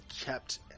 kept